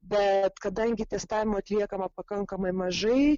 bet kadangi testavimo atliekama pakankamai mažai